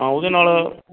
ਹਾਂ ਉਹਦੇ ਨਾਲ